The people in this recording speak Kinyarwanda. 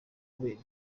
kubera